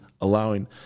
allowing